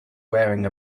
wearing